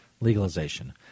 legalization